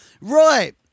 Right